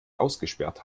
ausgesperrt